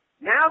now